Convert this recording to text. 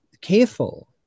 careful